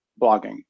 blogging